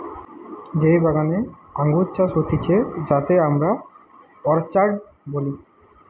যেই বাগানে আঙ্গুর চাষ হতিছে যাতে আমরা অর্চার্ড বলি